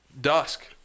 dusk